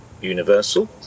universal